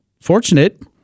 fortunate